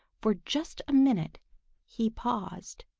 for just a minute he paused.